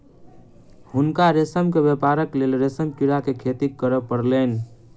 हुनका रेशम के व्यापारक लेल रेशम कीड़ा के खेती करअ पड़लैन